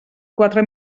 quatre